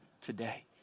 today